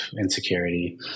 insecurity